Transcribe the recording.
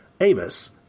Amos